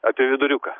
apie viduriuką